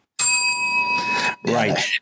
Right